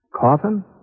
Coffin